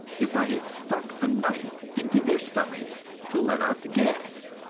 if i had stuck a knife into their stomachs to let out the gas.